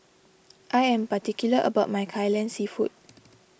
I am particular about my Kai Lan Seafood